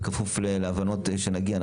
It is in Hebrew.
בכפוף להבנות שנגיע אליהן,